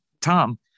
Tom